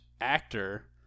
actor